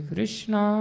Krishna